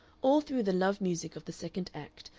all through the love music of the second act,